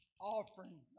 offering